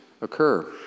occur